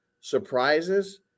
surprises